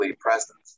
present